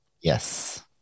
Yes